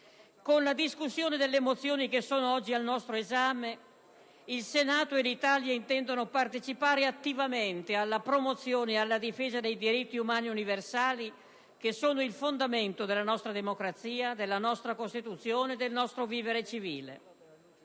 Con la discussione delle mozioni oggi al nostro esame il Senato e l'Italia intendono partecipare attivamente alla promozione e alla difesa dei diritti umani universali, che sono il fondamento della nostra democrazia, della nostra Costituzione e del nostro vivere civile.